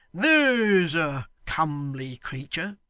there's a comely creature!